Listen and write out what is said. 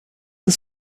ist